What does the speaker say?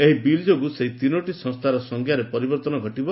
ଏହି ବିଲ୍ ଯୋଗୁଁ ସେହି ତିନୋଟି ସଂସ୍ଥାର ସଂଜ୍ଞାରେ ପରିବର୍ତ୍ତନ ଘଟିବ